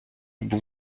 був